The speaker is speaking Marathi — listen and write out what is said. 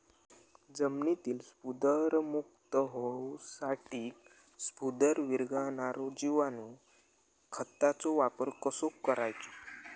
जमिनीतील स्फुदरमुक्त होऊसाठीक स्फुदर वीरघळनारो जिवाणू खताचो वापर कसो करायचो?